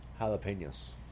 jalapenos